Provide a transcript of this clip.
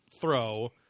throw